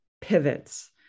pivots